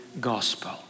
gospel